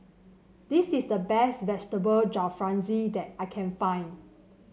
this is the best Vegetable Jalfrezi that I can find